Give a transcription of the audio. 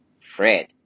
Fred